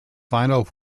final